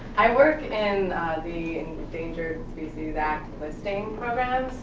i work in the endangered species act listing program